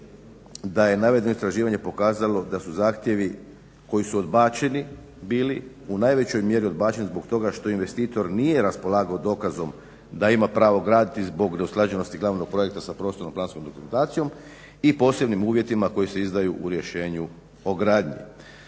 da je navedeno istraživanje pokazalo da su zahtjevi koji su odbačeni bili u najvećoj mjeri odbačeni zbog toga što investitor nije raspolagao dokazom da ima pravo graditi zbog neusklađenosti glavnog projekta sa prostorno-planskom dokumentacijom i posebnim uvjetima koji se izdaju u rješenju o gradnji.